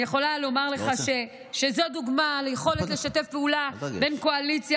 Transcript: אני יכולה לומר לך שזו דוגמה ליכולת לשתף פעולה בין קואליציה